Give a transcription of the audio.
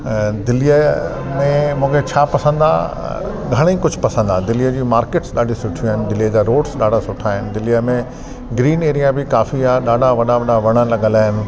ऐं दिल्लीअ में मूंखे छा पसंदि आहे घणे ई कुझु पसंदि आहे दिल्लीअ जी मार्केट्स ॾाढियूं सुठियूं आहिनि दिल्लीअ जा रोड्स ॾाढा सुठा आहिनि दिल्लीअ में ग्रीन एरिया बि काफ़ी आहे ॾाढा वॾा वॾा वण लॻियल आहिनि